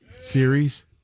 Series